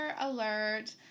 alert